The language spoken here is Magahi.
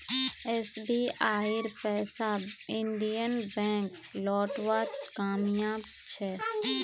एसबीआईर पैसा इंडियन बैंक लौटव्वात नाकामयाब छ